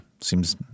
seems